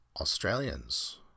Australians